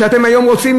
שאתם היום רוצים,